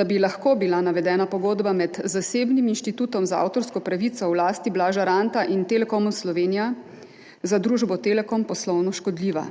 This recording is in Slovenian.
da bi lahko bila navedena pogodba med zasebnim Inštitutom za avtorsko pravico v lasti Blaža Ranta in Telekomom Slovenije za družbo Telekom poslovno škodljiva.